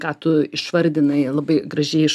ką tu išvardinai labai gražiai iš